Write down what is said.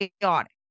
chaotic